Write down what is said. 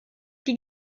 die